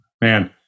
Man